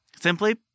simply